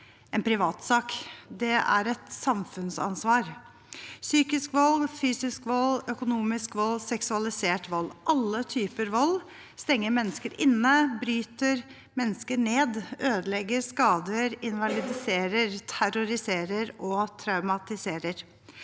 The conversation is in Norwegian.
en privatsak. Det er et samfunnsansvar. Psykisk vold, fysisk vold, økonomisk vold, seksualisert vold – alle typer vold stenger mennesker inne, bryter mennesker ned, ødelegger, skader, invalidiserer, terroriserer og traumatiserer.